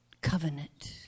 covenant